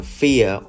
fear